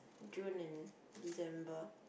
June and December